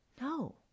No